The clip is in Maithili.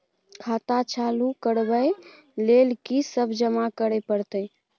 खाता चालू करबै लेल की सब जमा करै परतै?